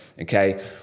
okay